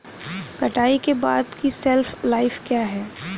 कटाई के बाद की शेल्फ लाइफ क्या है?